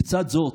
לצד זאת,